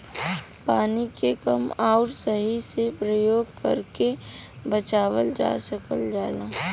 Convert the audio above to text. पानी के कम आउर सही से परयोग करके बचावल जा सकल जाला